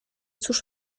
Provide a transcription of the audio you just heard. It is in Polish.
cóż